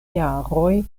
jaroj